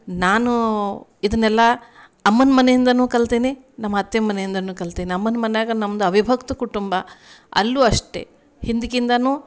ನಾನು ಇದನ್ನೆಲ್ಲ ಅಮ್ಮನ ಮನೆಯಿಂದಲೂ ಕಲ್ತೀನಿ ನಮ್ಮ ಅತ್ತೆ ಮನೆಯಿಂದಲೂ ಕಲ್ತೀನಿ ಅಮ್ಮನ ಮನ್ಯಾಗ ನಮ್ದು ಅವಿಭಕ್ತ ಕುಟುಂಬ ಅಲ್ಲೂ ಅಷ್ಟೇ ಹಿಂದಕ್ಕಿಂದಲೂ